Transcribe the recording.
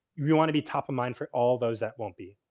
you want to be top of mind for all those that won't be.